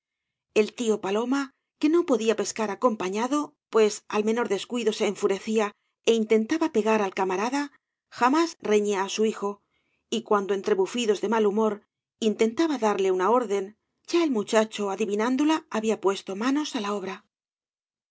el tío paloma que no podía pescar acompañado pues al menor descuido se enfurecía é intentaba pegar al camarada jamás reñía á su hijo y cuando entre bufidos de mal humor intentaba darle una orden ya el muchacho adivinándola había puesto manos á la obra